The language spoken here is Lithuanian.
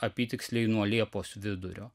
apytiksliai nuo liepos vidurio